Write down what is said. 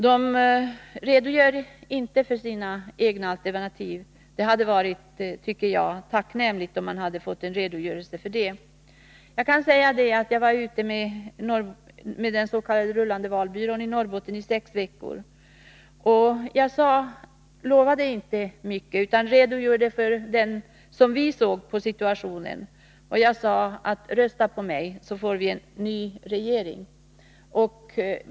De redogör inte för sina egna alternativ. Jag tycker att det hade varit tacknämligt om man fått en sådan redogörelse. Jag var ute med den s.k. rullande valbyrån i Norrbotten i'sex veckor. Jag lovade inte mycket utan redogjorde för hur vi såg på situationen. Jag sade: Rösta på mig, så får vi en ny regering.